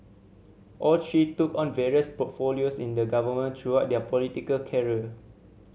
all three took on various portfolios in the government throughout their political career